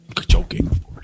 Joking